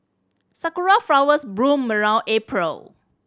sakura flowers bloom around April